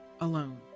alone